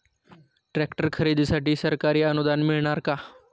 Tractor खरेदीसाठी सरकारी अनुदान मिळणार का?